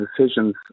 decisions